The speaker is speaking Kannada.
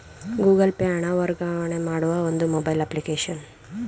ಗೂಗಲ್ ಪೇ ಹಣ ವರ್ಗಾವಣೆ ಮಾಡುವ ಒಂದು ಮೊಬೈಲ್ ಅಪ್ಲಿಕೇಶನ್